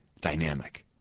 dynamic